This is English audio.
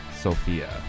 Sophia